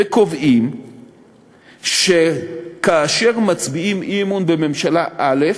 וקובעים שכאשר מצביעים אי-אמון בממשלה א',